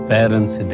Parents